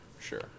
sure